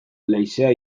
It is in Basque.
leizea